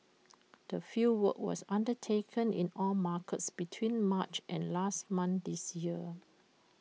the fieldwork was undertaken in all markets between March and last month this year